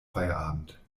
feierabend